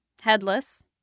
Headless